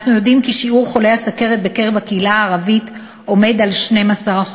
אנחנו יודעים כי שיעור חולי הסוכרת בקרב הקהילה הערבית עומד על 12%,